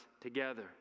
together